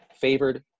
favored